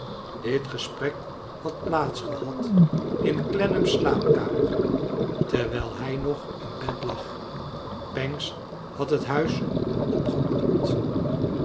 dit gesprek had piaats gehad in clennam's slaapkanier terwijl hij nog in bed lag pancks had het huis opgeklopt